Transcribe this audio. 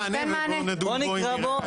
בוא נקרא בו.